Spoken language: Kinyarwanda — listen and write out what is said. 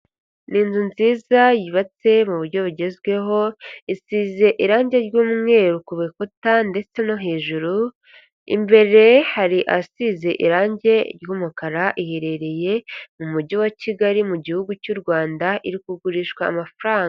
Ni inzu nziza yubatse mu buryo bugezweho, isize irangi ry'umweru ku bikuta ndetse no hejuru, imbere hari asize irangi ry'umukara, iherereye mu Mujyi wa Kigali mu gihugu cy'u Rwanda iri kugurishwa amafaranga.